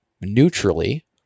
neutrally